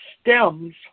stems